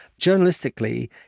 Journalistically